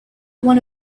one